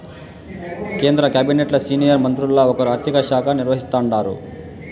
కేంద్ర కాబినెట్లు సీనియర్ మంత్రుల్ల ఒకరు ఆర్థిక శాఖ నిర్వహిస్తాండారు